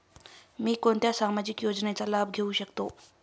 मी कोणत्या सामाजिक योजनेचा लाभ घेऊ शकते?